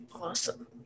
Awesome